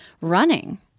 running